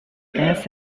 essex